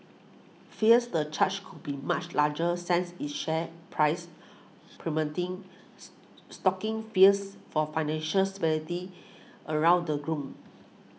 fears the charge could be much larger since its share price plummeting stoking fears for financial stability around the globe